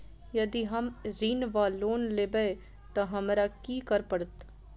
यदि हम ऋण वा लोन लेबै तऽ हमरा की करऽ पड़त?